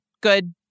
good